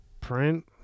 print